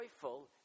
joyful